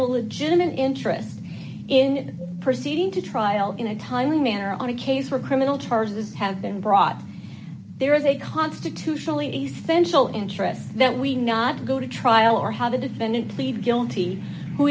legitimate interest in proceeding to trial in a timely manner on a case for criminal charges have been brought there is a constitutionally essential interest that we not go to trial or how the defendant plead guilty who